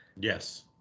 Yes